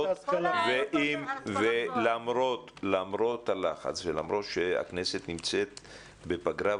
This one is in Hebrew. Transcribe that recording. למרות הלחץ ולמרות שהכנסת נמצאת בפגרה,